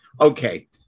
Okay